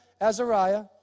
Azariah